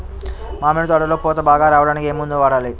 మామిడి తోటలో పూత బాగా రావడానికి ఏ మందు వాడాలి?